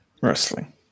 wrestling